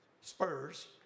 Spurs